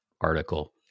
article